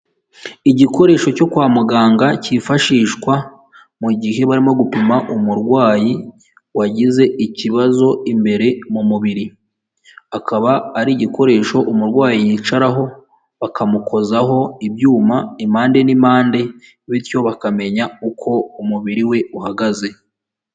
Igikoresho cyo kwa muganga cyifashishwa mu gihe barimo gupima umurwayi wagize ikibazo imbere mu mubiri, akaba ari igikoresho umurwayi yicaraho bakamukozaho ibyuma impande n'impande bityo bakamenya uko umubiri we uhagaze.